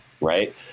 right